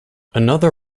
another